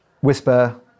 Whisper